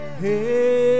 Hey